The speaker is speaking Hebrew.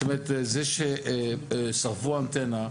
ששרפו אנטנה,